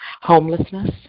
homelessness